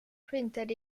printed